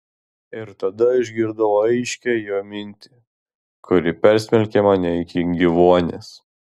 ir tada išgirdau aiškią jo mintį kuri persmelkė mane iki gyvuonies